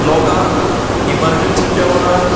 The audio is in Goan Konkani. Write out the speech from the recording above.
लोकांक इमरज्न्सीच्या वेळार